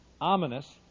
ominous